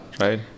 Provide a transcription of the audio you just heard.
right